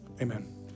amen